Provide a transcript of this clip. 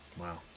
Wow